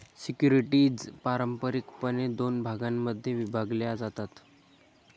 securities पारंपारिकपणे दोन भागांमध्ये विभागल्या जातात